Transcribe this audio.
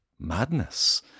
Madness